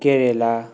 Kerala